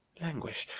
languish!